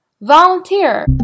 Volunteer